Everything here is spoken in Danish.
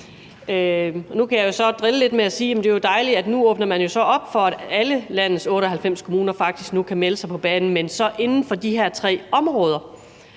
Nu kan jeg så drille lidt med at sige, at det jo er dejligt, at man så åbner op for, at alle landets 98 kommuner faktisk nu kan melde sig på banen – men så inden for de her tre områder.